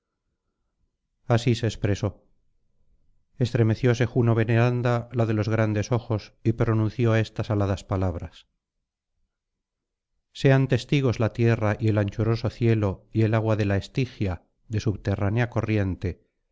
así se expresó estremecióse juno veneranda la de los grandes ojos y pronunció estas aladas palabras sean testigos la tierra y el anchuroso cielo y el agua de la estigia de subterránea corriente